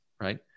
right